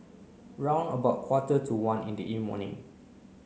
round about quarter to one in the morning